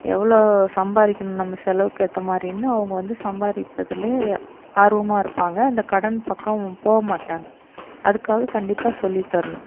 எவ்வளோ சம்பாதிக்கணும் நம்ம செலவுக்கு ஏற்ற மாதிரின்னு அவங்க வந்து சம்பாதிப்பதுலயே ஆர்வமாயிருப்பாங்க அந்த கடன் பக்கம் போக மாட்டாங்க அதுக்காக கண்டிப்பாக சொல்லித் தரணும்